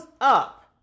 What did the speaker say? up